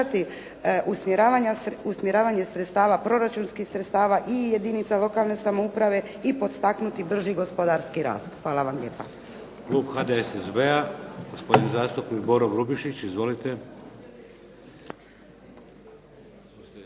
usmjeravanje sredstava, proračunskih sredstava i jedinica lokalne samouprave i podstaknuti brži gospodarski rast. Hvala vam lijepa.